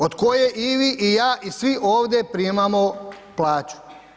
Od koje i vi i ja i svi ovdje primamo plaću.